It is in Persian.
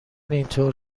اینطوری